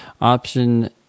Option